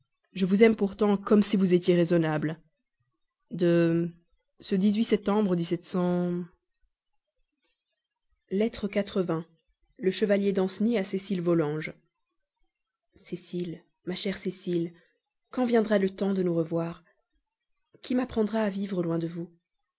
je vous aime pourtant comme si vous étiez raisonnable du château de le chevalier danceny à cécile volanges cécile ma chère cécile quand viendra donc le temps de nous revoir qui m'apprendra à vivre loin de vous